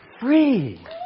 free